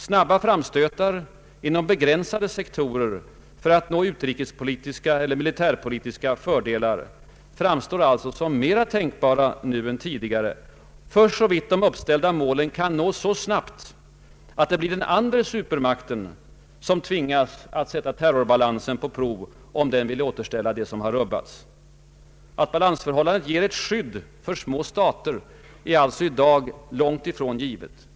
Snabba framstötar inom begränsade sektorer för att nå utrikespolitiska eller militärpolitiska fördelar framstår alltså som mera tänkbara nu än tidigare, för så vitt de uppställda målen kan nås så snabbt att det blir den andra supermakten som tvingas sätta terrorbalansen på prov, om den vill återställa det som rubbats. Att balansförhållandet ger ett skydd för små stater är alltså i dag långt ifrån givet.